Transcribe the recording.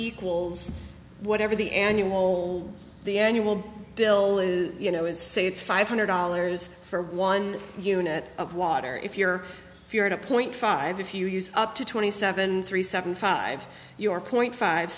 equals whatever the annual old the annual bill is you know is say it's five hundred dollars for one unit of water if you're if you're at a point five if you use up to twenty seven three seven five your point five